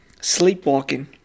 Sleepwalking